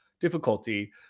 difficulty